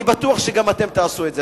אני בטוח שגם אתם תעשו את זה.